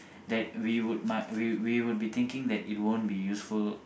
that we would might we we would be thinking that it won't be useful